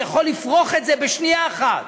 יכול לפרוך את זה בשנייה אחת.